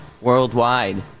worldwide